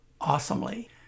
awesomely